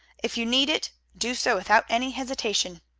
if you need it, do so without any hesitation.